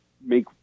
make